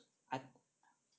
I